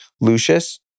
Lucius